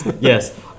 Yes